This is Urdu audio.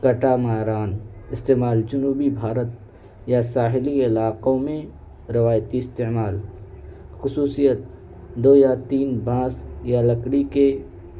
کٹا ماران استعمال جنوبی بھارت یا ساحلی علاقوں میں روایتی استعمال خصوصیت دو یا تین بانس یا لکڑی کے